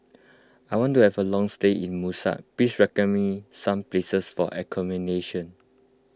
I want to have a long stay in Muscat please recommend me some places for accommodation